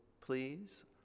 please